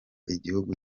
igihugu